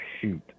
shoot